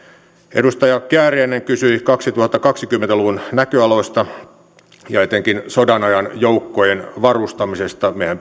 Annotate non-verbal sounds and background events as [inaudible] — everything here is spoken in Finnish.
edustaja kääriäinen kysyi kaksituhattakaksikymmentä luvun näköaloista ja etenkin sodanajan joukkojen varustamisesta mehän [unintelligible]